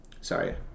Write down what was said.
Sorry